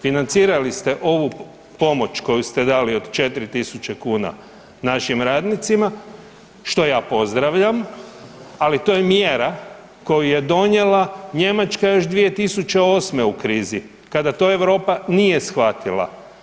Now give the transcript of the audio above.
Financirali ste ovu pomoć koju ste dali od 4 tisuće kuna našim radnicima, što ja pozdravljam, ali to je mjera koju je donijela Njemačka još 2008. u krizi kada to Europa nije shvatila.